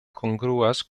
kongruas